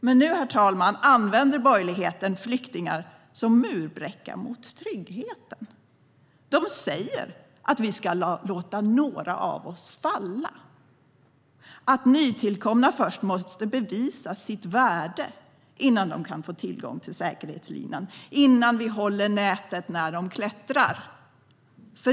Men nu, herr talman, använder borgerligheten flyktingar som murbräcka mot tryggheten. De säger att vi ska låta några av oss falla, att nytillkomna först måste bevisa sitt värde innan de kan få tillgång till säkerhetslinan, innan vi håller nätet när de klättrar.